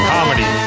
Comedy